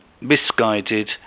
misguided